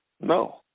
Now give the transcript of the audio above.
no